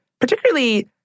particularly